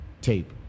tape